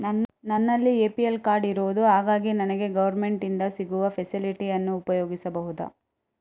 ನನ್ನಲ್ಲಿ APL card ಇರುದು ಹಾಗಾಗಿ ನನಗೆ ಗವರ್ನಮೆಂಟ್ ಇಂದ ಸಿಗುವ ಫೆಸಿಲಿಟಿ ಅನ್ನು ಉಪಯೋಗಿಸಬಹುದಾ?